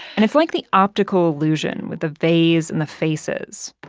and it's like the optical illusion with the vase and the faces.